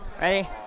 Ready